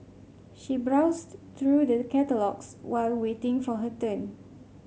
she browsed through the catalogues while waiting for her turn